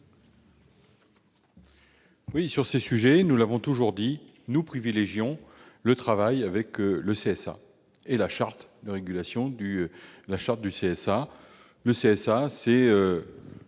? Sur ces sujets, nous l'avons toujours dit, nous privilégions le travail avec le CSA sur la charte de régulation. Le CSA est